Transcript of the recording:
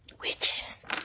Witches